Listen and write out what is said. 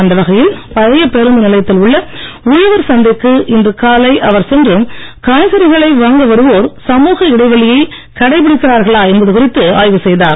அந்த வகையில் பழைய பேருந்து நிலையத்தில் உள்ள உழவர் சந்தைக்கு இன்று காலை அவர் சென்று காய்கறிகளை வாங்க வருவோர் சமூக இடைவெளியை கடைபிடிக்கிறார்களா என்பது குறித்து ஆய்வு செய்தார்